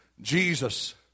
Jesus